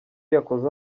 yakoze